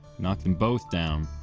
knocked them both down,